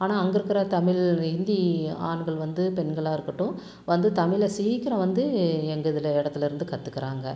ஆனால் அங்கே இருக்கிற தமிழ் ஹிந்தி ஆண்கள் வந்து பெண்களாக இருக்கட்டும் வந்து தமிழை சீக்கிரம் வந்து எங்கள் இதில் இடத்துலருந்து கத்துக்கிறாங்க